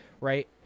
right